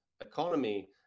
economy